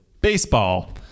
baseball